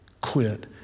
quit